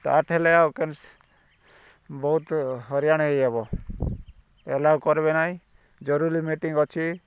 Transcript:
start ହେଲେ ଆଉ ବହୁତ ହଇରାଣ ହେଇହେବ ଆଲାଉ କରିବେ ନାହିଁ ଜରୁରୀ ମିଟିଙ୍ଗ୍ ଅଛି